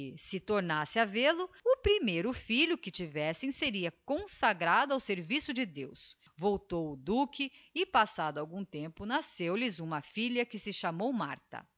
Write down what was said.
si tornasse a vél o o primeiro filho que tivessem seria consagrado ao serviço de deus voltou o duque e passado algum tempo nasceu lhes uma filha que se chamou martha